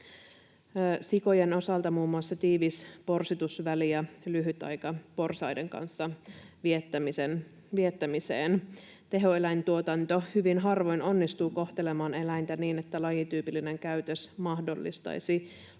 sikojen osalta muun muassa tiivis porsitusväli ja lyhyt aika porsaiden kanssa viettämiseen. Tehoeläintuotanto hyvin harvoin onnistuu kohtelemaan eläintä niin, että lajityypillinen käytös mahdollistuisi.